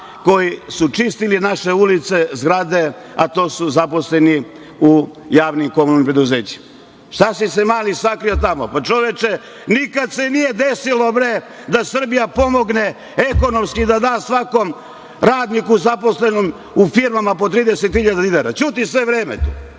koji su čistili naše ulice, zgrade, a to su zaposleni u javno-komunalnim preduzećima. Šta si se Mali sakrio tamo? Čoveče, nikad se nije desilo, bre, da Srbija pomogne ekonomski, da da svakom radniku, zaposlenom u firmama 30.000 dinara. Hoćeš da ćutiš sve vreme